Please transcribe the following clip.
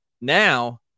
Now